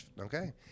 Okay